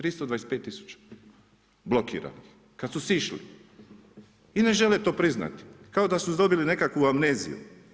325000 blokiranih kad su sišli i ne žele to priznati kao da su dobili nekakvu amneziju.